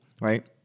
right